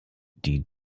die